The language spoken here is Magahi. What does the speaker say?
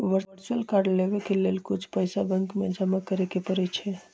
वर्चुअल कार्ड लेबेय के लेल कुछ पइसा बैंक में जमा करेके परै छै